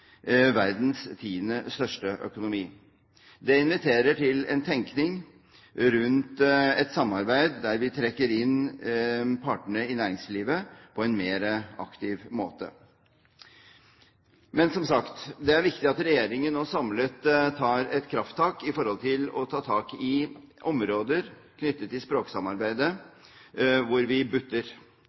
verdens tiende største økonomi. Det inviterer til en tenkning rundt et samarbeid der vi trekker inn partene i næringslivet på en mer aktiv måte. Men som sagt: Det er viktig at regjeringen nå samlet tar et krafttak i områder knyttet til språksamarbeidet hvor vi butter.